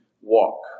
walk